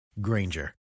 Granger